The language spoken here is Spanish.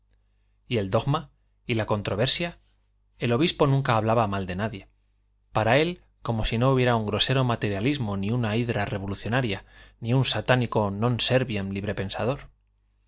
y el dogma y la controversia el obispo nunca hablaba mal de nadie para él como si no hubiera un grosero materialismo ni una hidra revolucionaria ni un satánico non serviam